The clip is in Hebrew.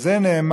על זה נאמר: